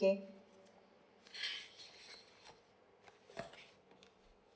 okay